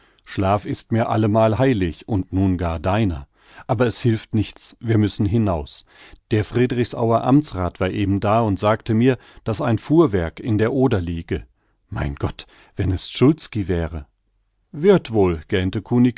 schlaf ist mir allemal heilig und nun gar deiner aber es hilft nichts wir müssen hinaus der friedrichsauer amtsrath war eben da und sagte mir daß ein fuhrwerk in der oder liege mein gott wenn es szulski wäre wird wohl